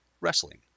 wrestling